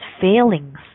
failings